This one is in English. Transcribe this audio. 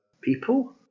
people